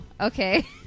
okay